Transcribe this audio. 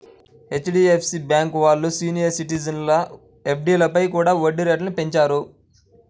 HDFC bank వాళ్ళు senior సిటిజన్ల ఎఫ్డీలపై కూడా వడ్డీ రేట్లను పెంచారు